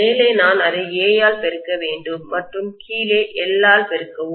மேலே நான் அதை A ஆல் பெருக்க வேண்டும் மற்றும் கீழே L எல் ஆல் பெருக்கவும்